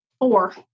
Four